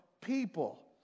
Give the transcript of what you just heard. people